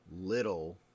little